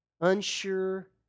unsure